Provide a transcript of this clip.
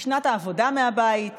היא שנת העבודה מהבית,